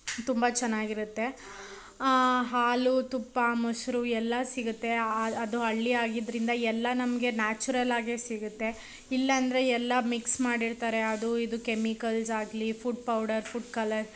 ತುಂಬ ಚೆನ್ನಾಗಿರುತ್ತೆ ಹಾಲು ತುಪ್ಪ ಮೊಸರು ಎಲ್ಲ ಸಿಗುತ್ತೆ ಆ ಅದು ಹಳ್ಳಿ ಆಗಿದ್ದರಿಂದ ಎಲ್ಲ ನಮಗೆ ನ್ಯಾಚುರಲಾಗೇ ಸಿಗುತ್ತೆ ಇಲ್ಲಂದರೆ ಎಲ್ಲ ಮಿಕ್ಸ್ ಮಾಡಿರ್ತಾರೆ ಅದು ಇದು ಕೆಮಿಕಲ್ಸ್ ಆಗಲಿ ಫುಡ್ ಪೌಡರ್ ಫುಡ್ ಕಲರ್